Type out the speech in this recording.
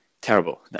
terrible